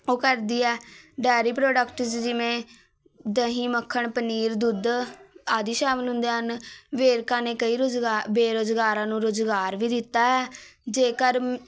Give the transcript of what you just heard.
ਉਹ ਕਰਦੀ ਹੈ ਡੇਅਰੀ ਪ੍ਰੋਡਕਟਸ ਜਿਵੇਂ ਦਹੀਂ ਮੱਖਣ ਪਨੀਰ ਦੁੱਧ ਆਦਿ ਸ਼ਾਮਿਲ ਹੁੰਦੇ ਹਨ ਵੇਰਕਾ ਨੇ ਕਈ ਰੋਜ਼ਗਾ ਬੇਰੁਜ਼ਗਾਰਾਂ ਨੂੰ ਰੁਜ਼ਗਾਰ ਵੀ ਦਿੱਤਾ ਹੈ ਜੇਕਰ